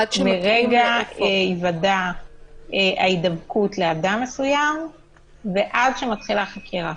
מרגע היוודע ההידבקות לאדם מסוים ועד שמתחילה חקירה.